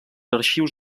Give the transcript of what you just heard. arxius